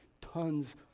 tons